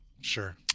Sure